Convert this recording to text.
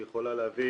היא יכולה להביא